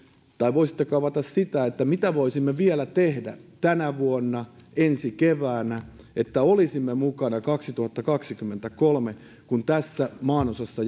tai voisitteko avata sitä mitä voisimme vielä tehdä tänä vuonna ensi keväänä että olisimme mukana kaksituhattakaksikymmentäkolme kun tässä maanosassa